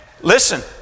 listen